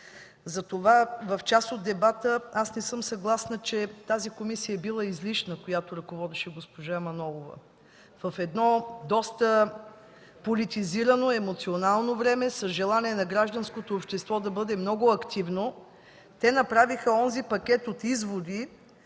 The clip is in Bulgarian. Затова с част от дебата аз не съм съгласна – че тази комисия, която ръководеше госпожа Манолова, е била излишна. В едно доста политизирано, емоционално време, с желание на гражданското общество да бъде много активно те направиха онзи пакет от изводи,